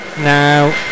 now